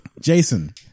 Jason